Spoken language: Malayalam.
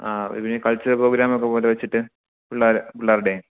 ആ പിന്നെ കൾച്ചർ പ്രോഗ്രാമൊക്കെ പോലെ വെച്ചിട്ട് പിള്ളേർ പിള്ളേരുടെ